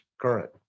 Current